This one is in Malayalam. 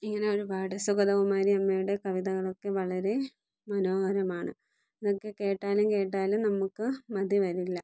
ഇങ്ങനെ ഒരുപാട് സുഗതകുമാരി അമ്മയുടെ കവിതകളൊക്കെ വളരെ മനോഹരമാണ് ഇതൊക്കെ കേട്ടാലും കേട്ടാലും നമുക്ക് മതിവരില്ല